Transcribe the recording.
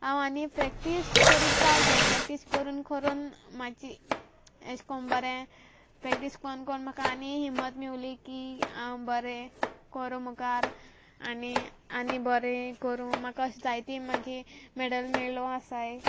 हांव आनी प्रॅक्टीस करीत रावलें प्रॅक्टीस करून करून म्हाजी एशें कोन्न बोरें प्रॅक्टीस कोन्न कोन्न म्हाका आनी हिम्मत मेवली की हांव बरें कोरो मुकार आनी आनी बोरें करूं म्हाका अशें जायतीं मागीर मॅडल मेवळो आसाय